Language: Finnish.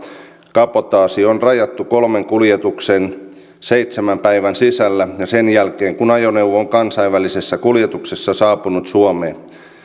kabotaasi on rajattu kolmeen kuljetukseen seitsemän päivän sisällä ja sen jälkeen kun ajoneuvo on kansainvälisessä kuljetuksessa saapunut suomeen